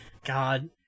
God